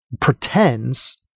pretends